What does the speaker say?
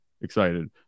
excited